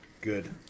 Good